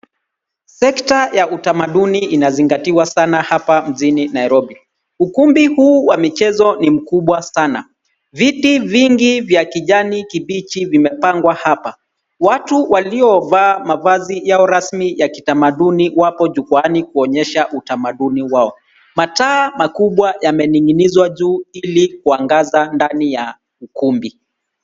Sekta ya utamaduni inazingatiwa sana hapa mjini Nairobi. Ukumbi huu wa michezo ni mkubwa sana. Viti vingi vya kijani kibichi vimepangwa hapa. Watu waliovaa mavazi yao rasmi ya kitamaduni wapo jukwaani kuonyesha utamaduni wao. Mataa makubwa yamening'inizwa juu ili kuangaza ndani ya ukumbi.